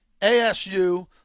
ASU